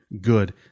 Good